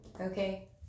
Okay